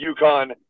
UConn